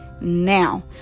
now